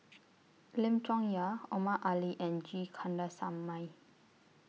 Lim Chong Yah Omar Ali and G Kandasamy